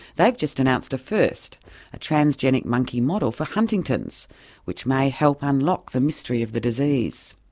they've just announced a first ah trans-genic monkey model for huntington's which may help unlock the mystery of the disease.